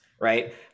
right